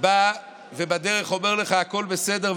בא ובדרך אומר לך: הכול בסדר,